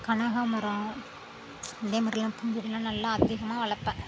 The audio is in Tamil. கனகாமரம் அதே மாதிரிலாம் பூஞ்செடிலாம் நல்லா அதிகமாக வளர்ப்பேன்